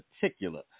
particular